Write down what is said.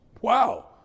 Wow